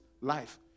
life